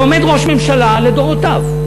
עומד ראש ממשלה לדורותיו,